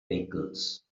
vehicles